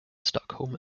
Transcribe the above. stockholm